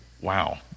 wow